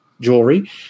jewelry